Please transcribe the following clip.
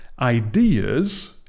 ideas